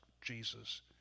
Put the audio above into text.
Jesus